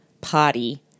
party